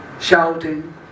shouting